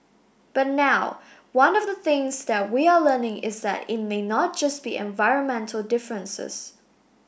but now one of the things that we are learning is that it may not be just environmental differences